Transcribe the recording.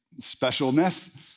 specialness